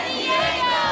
Diego